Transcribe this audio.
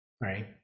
right